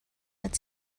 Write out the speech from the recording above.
but